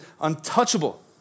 untouchable